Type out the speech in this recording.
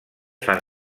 fan